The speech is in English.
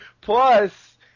Plus